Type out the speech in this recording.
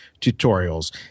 tutorials